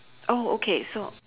oh okay so